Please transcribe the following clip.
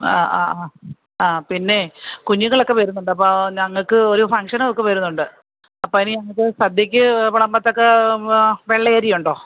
ആ ആ ആ ആ പിന്നേ കുഞ്ഞുങ്ങളൊക്കെ വരുന്നുണ്ട് അപ്പോൾ ഞങ്ങൾക്ക് ഒരു ഫംഗ്ഷൻ ഒക്കെ വരുന്നുണ്ട് അപ്പം ഇനി അത് സദ്യയ്ക്ക് വിളമ്പത്തക്ക വെള്ള അരി ഉണ്ടോ